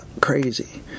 crazy